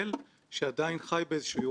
אל מול השליטה הבלתי רגילה